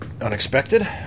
unexpected